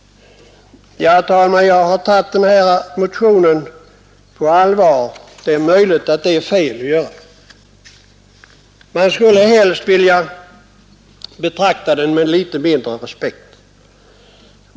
Herr talman! Jag har tagit denna motion på allvar. Det är möjligt att det är fel — man skulle helst vilja betrakta den med litet mindre respekt.